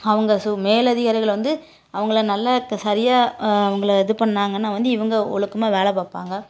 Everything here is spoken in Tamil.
அவங்க சொ மேல் அதிகாரிகள் வந்து அவங்கள நல்ல சரியாக அவங்கள இது பண்ணாங்கனால் வந்து இவங்க ஒழுக்கமாக வேலை பார்ப்பாங்க